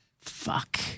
Fuck